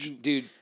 Dude